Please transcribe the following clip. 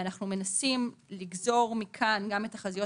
ואנחנו מנסים לגזור מכאן גם את תחזיות